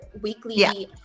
weekly